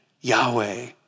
Yahweh